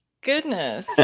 goodness